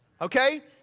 okay